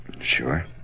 Sure